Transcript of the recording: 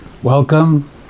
Welcome